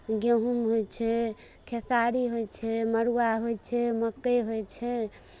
गेहुँम होइ छै खेसारी होइ छै मड़ुआ होइ छै मक्कइ होइ छै